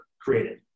created